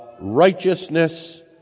righteousness